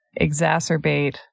exacerbate